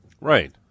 Right